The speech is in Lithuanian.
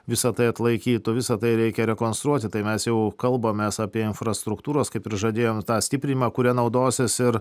visa tai atlaikytų visa tai reikia rekonstruoti tai mes jau kalbamės apie infrastruktūros kaip ir žadėjom tą stiprinimą kuria naudosis ir